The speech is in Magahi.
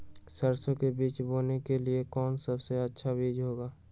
सरसो के बीज बोने के लिए कौन सबसे अच्छा बीज होगा?